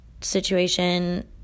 situation